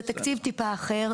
זה תקציב טיפה אחר.